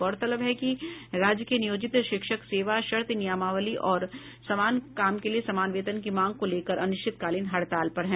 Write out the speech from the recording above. गौरतलब है कि राज्य के नियोजित शिक्षक सेवा शर्त नियमावली और समान काम के लिये समान वेतन की मांग को लेकर अनिश्चितकालीन हड़ताल पर हैं